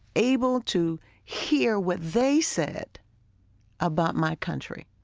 able to hear what they said about my country.